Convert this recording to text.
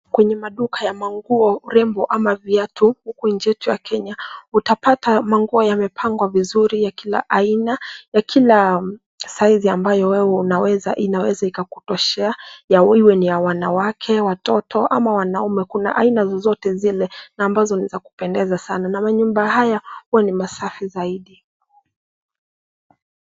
Kwenye maduka ya manguo, urembo ama viatu huku nchi yetu ya Kenya. Utapata manguo yamepangwa vizuri ya kila aina ya kila size ambayo wewe inaweza ikakutoshea na iwe ni ya wanawake, watoto ama wanaume. Kuna aina zozote zile na ambazo ni za kupendeza sana na manyumba haya huwa ni masafi zaidi.